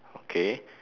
okay